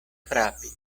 frapis